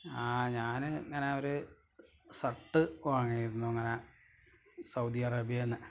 ആ ഞാൻ ഇങ്ങനെ ഒരു സര്ട്ട് വാങ്ങിയിരുന്നു ഇങ്ങനെ സൗദിഅറേബ്യയിൽ നിന്ന്